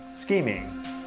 scheming